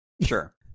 sure